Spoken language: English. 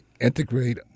integrate